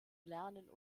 lernen